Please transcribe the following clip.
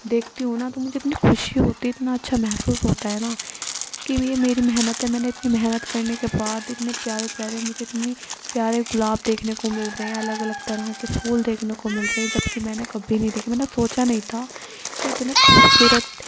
دیکھتی ہوں تو نا تو مجھے اتنی خوشی ہوتی ہے نا اچھا محسوس ہوتا ہے نا کہ یہ میری محنت ہے میں نے اتنی محنت کرنے کے بعد اتنے پیارے پیارے مجھے اتنی پیارے گلاب دیکھنے کو ملتے ہیں الگ الگ طرح کے پھول دیکھنے کو مل رہے جبکہ میں نے کبھی بھی نہیں دیکھے میں نے سوچا نہیں تھا کہ اتنے خوبصورت